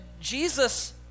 Jesus